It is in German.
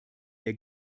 der